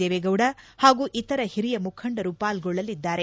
ದೇವೇಗೌಡ ಹಾಗೂ ಇತರ ಹಿರಿಯ ಮುಖಂಡರು ಪಾಲ್ಗೊಳ್ಳಲಿದ್ದಾರೆ